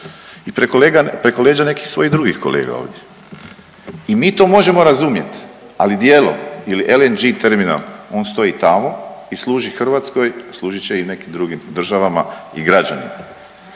i preko leđa nekih svojih drugih kolega ovdje i mi to možemo razumjet, ali dijelom ili LNG terminal, on stoji tamo i služi Hrvatskoj, služit će i nekim drugim državama i građanima.